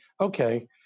okay